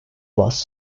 bus